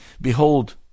Behold